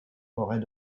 forêts